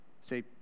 Say